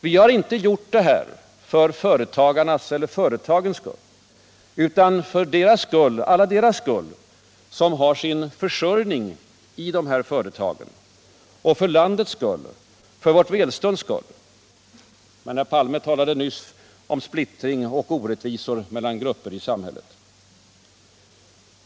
Vi har inte gjort detta för företagarnas eller företagens skull utan för alla de människors skull som har sin försörjning i dessa företag — och för landets skull, för vårt välstånds skull. Men Olof Palme talade nyss om splittring och orättvisor mellan grupper i samhället.